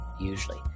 usually